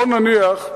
בוא נניח,